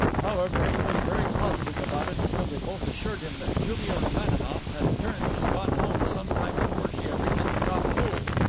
however, he was very positive about it till they both assured him that julia romaninov had turned and gone home some time before she had reached the top pool.